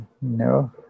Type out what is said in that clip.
No